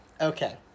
Okay